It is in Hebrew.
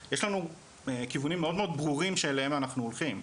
יש לנו כיוונים מאוד מאוד ברורים שאליהם אנחנו הולכים.